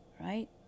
right